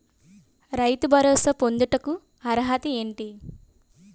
రైతు భరోసా పొందుటకు అర్హత ఏంటి?